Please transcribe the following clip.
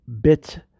Bit